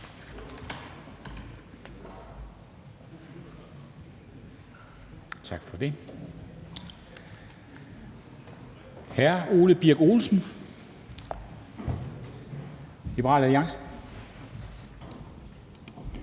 bemærkninger. Hr. Ole Birk Olesen, Liberal Alliance.